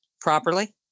properly